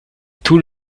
tout